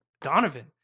Donovan